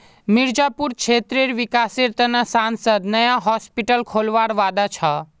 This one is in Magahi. मिर्जापुर क्षेत्रेर विकासेर त न सांसद नया हॉस्पिटल खोलवार वादा छ